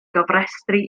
gofrestru